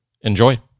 Enjoy